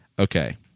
Okay